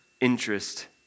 interest